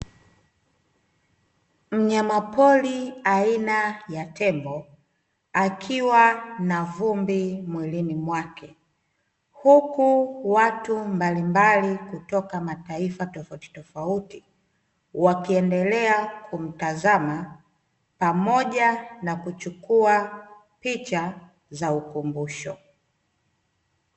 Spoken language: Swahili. Mnyama pori aina ya tembo akiwa na vumbi mwilini mwake, huku watu mbalimbali kutoka katika mataifa tofauti tofauti wakiendelea kumtazama pamoja na kuchukua picha za ukumbusho.